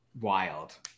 wild